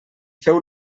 feu